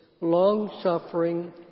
long-suffering